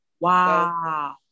Wow